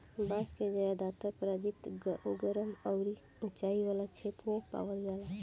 बांस के ज्यादातर प्रजाति गरम अउरी उचाई वाला क्षेत्र में पावल जाला